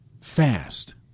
fast